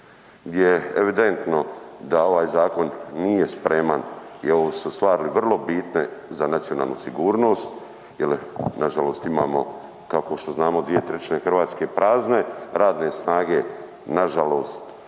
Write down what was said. gdje je evidentno da ovaj zakon nije spreman i ove su stvari vrlo bitne za nacionalnu sigurnost jel nažalost imamo kao što znamo 2/3 RH prazne, radne snage nažalost